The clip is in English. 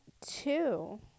Two